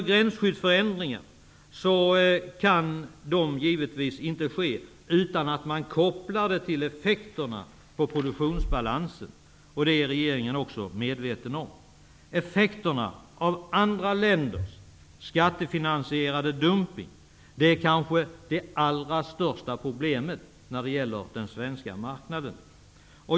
Gränsskyddsförändringar kan givetvis inte ske utan att de kopplas till effekterna på produktionsbalansen. Detta är regeringen också medveten om. Effekterna av andra länders skattefinansierade dumpning är kanske det allra största problemet för den svenska marknaden.